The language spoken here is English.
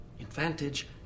advantage